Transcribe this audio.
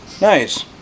Nice